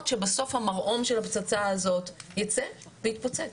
שבסוף המרעום של הפצצה הזאת ייצא ויתפוצץ.